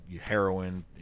heroin